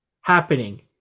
happening